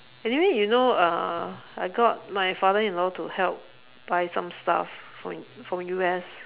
anyway you know uh I got my father in law to help buy some stuff from from U_S